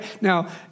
now